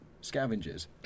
scavengers